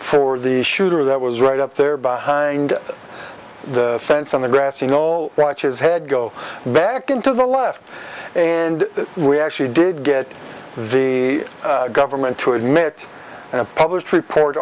for the shooter that was right up there behind the fence on the grassy knoll rotches head go back into the left and we actually did get the government to admit in a published report